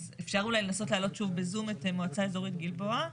אז אפשר אולי לנסות להעלות שוב בזום את המועצה האזורית גלבוע.